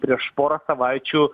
prieš pora savaičių